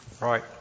Right